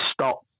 stop